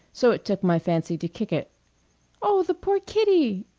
so it took my fancy to kick it oh, the poor kitty!